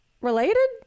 related